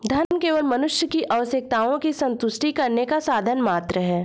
धन केवल मनुष्य की आवश्यकताओं की संतुष्टि करने का साधन मात्र है